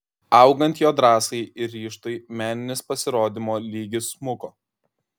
augant jo drąsai ir ryžtui meninis pasirodymo lygis smuko